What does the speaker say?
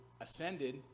ascended